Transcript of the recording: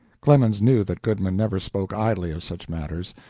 clemens knew that goodman never spoke idly of such matters.